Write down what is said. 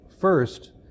first